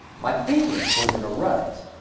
my thinking was in a rut.